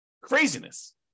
Craziness